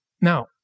Now